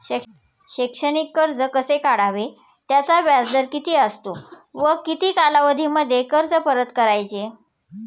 शैक्षणिक कर्ज कसे काढावे? त्याचा व्याजदर किती असतो व किती कालावधीमध्ये कर्ज परत करायचे?